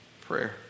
prayer